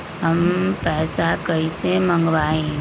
हम पैसा कईसे मंगवाई?